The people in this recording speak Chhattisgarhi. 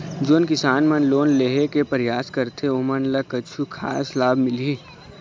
जोन किसान मन लोन लेहे के परयास करथें ओमन ला कछु खास लाभ मिलही?